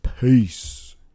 Peace